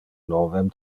novem